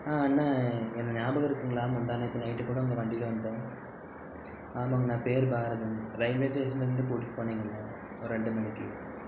அண்ணன் என்ன நியாபகம் இருக்குங்களா முந்தா நேற்று நைட்டு கூட உங்கள் வண்டியில் வந்த ஆமாங்கணா பேர் பாரத் ரயில்வே ஸ்டேஷனுலந்து கூட்டிகிட்டு போனிங்களே ஒரு ரெண்டு மணிக்கு